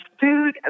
food